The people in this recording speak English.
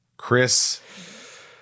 Chris